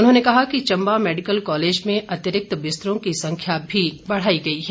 उन्होंने कहा कि चम्बा मेडिकल कॉलेज में अतिरिक्त बिस्तरों की संख्या भी बढ़ाई गई है